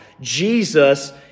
Jesus